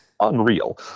unreal